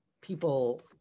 people